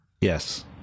Yes